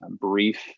brief